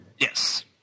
Yes